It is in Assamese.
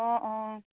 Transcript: অঁ অঁ